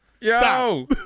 Yo